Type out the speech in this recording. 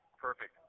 perfect